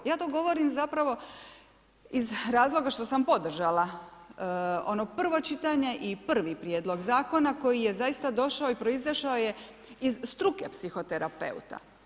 Ja to govorim zapravo iz razloga što sam podržala ono prvo čitanje i prvi prijedlog zakona, koji je zaista došao i proizašao je iz struke psihoterapeuta.